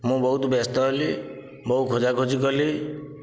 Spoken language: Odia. ମୁଁ ବହୁତ ବ୍ୟସ୍ତ ହେଲି ବହୁ ଖୋଜା ଖୋଜି କଲି